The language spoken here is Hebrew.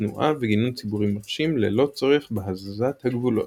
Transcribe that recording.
תנועה וגינון ציבורי מרשים ללא צורך בהזזת הגבולות.